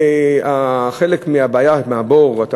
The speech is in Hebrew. חלק מהבור התקציבי,